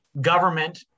government